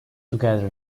together